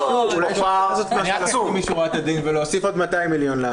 אפשר לעשות משהו לפנים משורת הדין ולהוסיף עוד 200 מיליון.